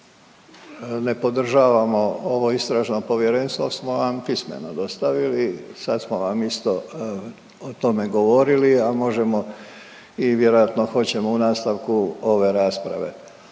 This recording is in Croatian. ne podržavamo ovo istražno povjerenstvo smo vam pismeno dostavili, sad smo vam isto o tome govorili, a možemo i vjerojatno hoćemo u nastavku ove rasprave.